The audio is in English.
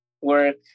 work